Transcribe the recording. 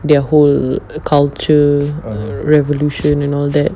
their whole culture or revolution and all that